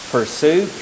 Pursue